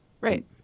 Right